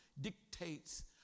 dictates